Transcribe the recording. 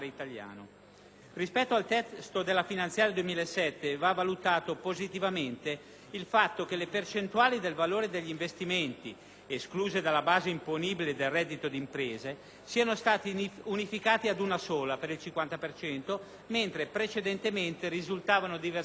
Rispetto al testo della legge finanziaria per il 2007, va valutato positivamente il fatto che le percentuali del valore degli investimenti, escluse dalla base imponibile del reddito d'impresa, siano state unificate ad una sola (per il 50 per cento), mentre precedentemente risultavano diversificate